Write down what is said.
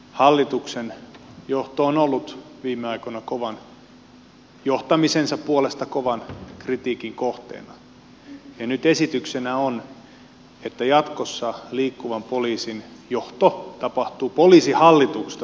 poliisihallituksen johto on ollut viime aikoina kovan johtamisensa puolesta kovan kritiikin kohteena ja nyt esityksenä on että jatkossa liikkuvan poliisin johto tapahtuu poliisihallituksesta tulosohjauksen kautta